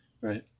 right